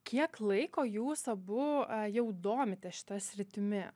kiek laiko jūs abu jau domitės šita sritimi